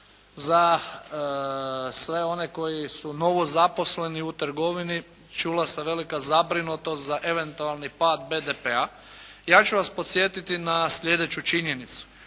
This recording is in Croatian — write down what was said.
za sve one koji su novozaposleni u trgovini, čula se velika zabrinutost za eventualni pad BDP-a, ja ću vas podsjetiti na sljedeću činjenicu.